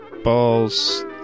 Balls